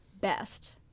best